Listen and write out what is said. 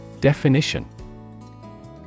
Definition